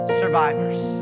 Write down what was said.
survivors